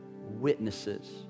witnesses